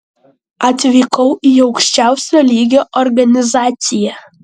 atvykau į aukščiausio lygio organizaciją